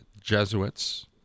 Jesuits